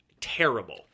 terrible